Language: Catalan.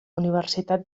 universitat